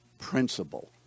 principle